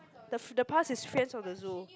the f~ the pass is Friends of the Zoo